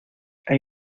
hay